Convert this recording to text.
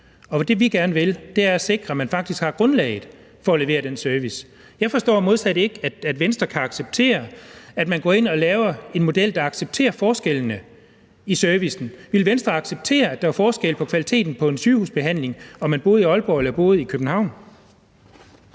Det, vi gerne vil, er at sikre, at man faktisk har grundlaget for at levere den service. Jeg forstår modsat ikke, at Venstre kan acceptere, at man går ind og laver en model, der accepterer forskellene i servicen. Ville Venstre acceptere, at der var forskel i kvaliteten på en sygehusbehandling, alt efter om man boede i Aalborg eller boede i København?